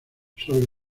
sor